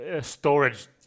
storage